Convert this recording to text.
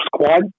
squad